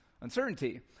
Uncertainty